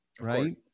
right